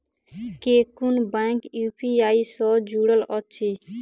केँ कुन bank UPI सँ जुड़ल अछि?